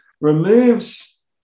removes